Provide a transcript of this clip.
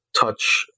touch